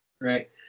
Right